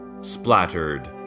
splattered